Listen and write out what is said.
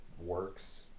works